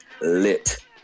lit